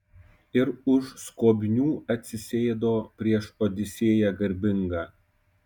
ir už skobnių atsisėdo prieš odisėją garbingą